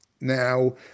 now